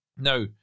Now